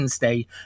Day